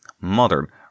Modern